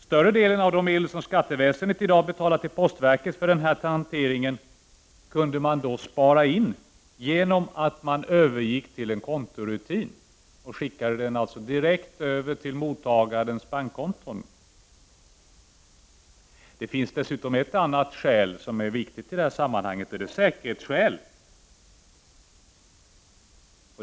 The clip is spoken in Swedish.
Större delen av de medel som skatteväsendet i dag betalar till postverket för denna hantering kunde då sparas in genom att man övergick till en kontorutin som innebär att medlen skickas direkt över till mottagarens bankkonto. Ett annat skäl som är viktigt i detta sammanhang är säkerhetsskäl.